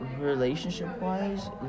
relationship-wise